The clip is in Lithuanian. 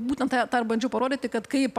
būtent tą tą ir bandžiau parodyti kad kaip